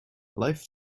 life